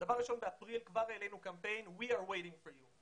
באפריל העלינו קמפיין אנחנו מחכים לכם.